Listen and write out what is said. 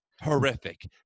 Horrific